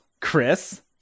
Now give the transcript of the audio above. Chris